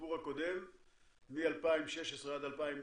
הסיפור הקודם מ-2016 עד 2018,